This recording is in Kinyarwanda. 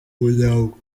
muryango